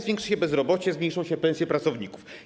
Zwiększy się bezrobocie, zmniejszą się pensje pracowników.